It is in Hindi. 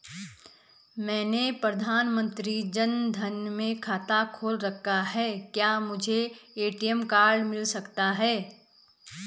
मैंने प्रधानमंत्री जन धन में खाता खोल रखा है क्या मुझे ए.टी.एम कार्ड मिल सकता है?